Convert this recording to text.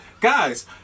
guys